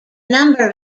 number